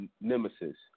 nemesis